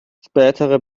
spätere